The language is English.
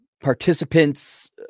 participants